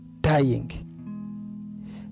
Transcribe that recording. dying